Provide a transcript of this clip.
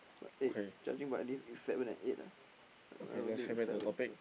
eh judging by this it's seven and eight lah I don't think it's seven